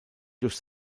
durch